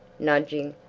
nudging,